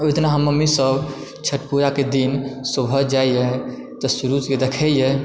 ओहि दिना मम्मी सभ छठ पूजा के दिन सहै जाइया तऽ सुरुज के दखैया